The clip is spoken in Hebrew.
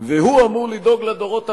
והוא אמור לדאוג לדורות הבאים,